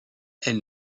elle